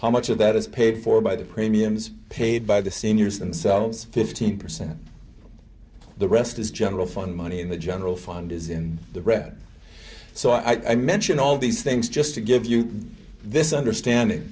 how much of that is paid for by the premiums paid by the seniors themselves fifteen percent the rest is general fund money and the general fund is in the red so i mention all these things just to give you this understanding